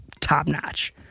top-notch